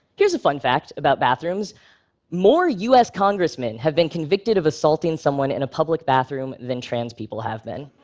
here's a fun fact about bathrooms more us congressmen have been convicted of assaulting someone in a public bathroom than trans people have been.